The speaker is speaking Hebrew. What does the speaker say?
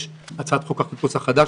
יש את הצעת חוק החיפוש החדש,